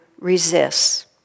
resists